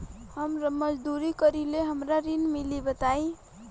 हम मजदूरी करीले हमरा ऋण मिली बताई?